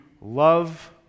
love